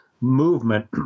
movement